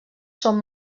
són